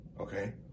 Okay